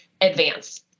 advance